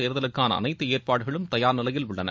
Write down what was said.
தேர்தலுக்கான அளைத்து ஏற்பாடுகளும் தயார் நிலையில் உள்ளன